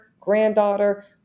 granddaughter